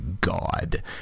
God